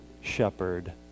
Shepherd